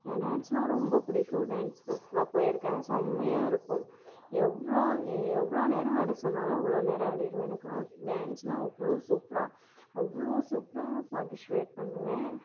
டான்ஸுனா ரொம்ப பிடிக்கும் டான்ஸ் கிளாஸுக்குலாம் போயிருக்கேன் செம்மையா இருக்கும் எவ்வளோ எவ்வளோ நேரம் ஆட சொன்னாலும் அவ்வளோ நேரம் ஆடிருவேன் எனக்கெல்லாம் டான்ஸுன்னா அவ்வளோ சூப்பராக அவ்வளோ சூப்பராக பார்ட்டிஷிபேட் பண்ணுவேன்